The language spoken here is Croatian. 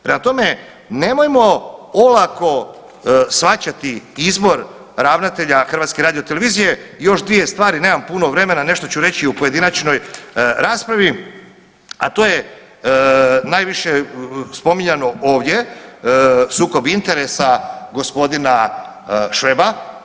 Prema tome, nemojmo olako shvaćati izbor ravnatelja HRT-a još dvije stvari, nemam puno vremena nešto ću reći u pojedinačnoj raspravi, a to je najviše spominjano ovdje sukob interesa g. Šveba.